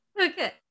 Okay